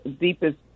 deepest